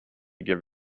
give